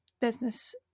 business